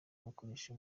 bakoresha